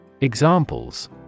Examples